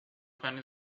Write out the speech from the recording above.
twenty